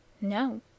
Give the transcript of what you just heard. No